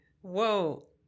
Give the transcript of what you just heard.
whoa